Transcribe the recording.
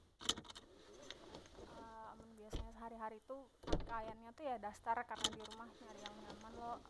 amun biasanya sehari- hari tu pakaian nya tu ya daster karna di rumah nyari yang nyaman lo